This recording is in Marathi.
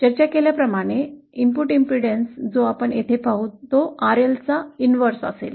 चर्चा केल्याप्रमाणे इनपुट प्रतिबाधा जो आपण येथे पाहू तो RLचा व्यस्त असेल